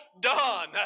done